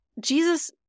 Jesus